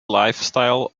lifestyle